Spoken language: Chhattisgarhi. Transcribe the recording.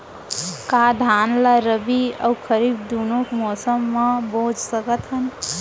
का धान ला रबि अऊ खरीफ दूनो मौसम मा बो सकत हन?